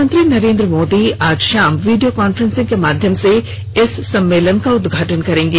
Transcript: प्रधानमंत्री नरेन्द्र मोदी आज शाम वीडियो कॉन्फ्रेंस के माध्यम से इस सम्मेलन का उद्घाटन करेंगे